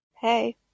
Hey